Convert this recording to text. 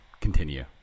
Continue